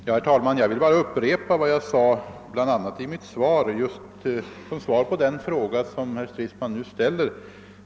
Herr talman! Jag vill bara upprepa vad jag sade i mitt svar beträffande den fråga som herr Stridsman nu ställer.